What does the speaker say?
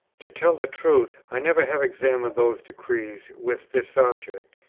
to tell the truth, i never have examined those decrees with this object,